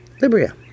Libya